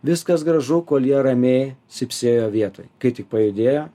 viskas gražu kol jie ramiai cypsėjo vietoj kai tik pajudėjo